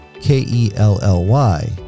K-E-L-L-Y